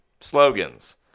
slogans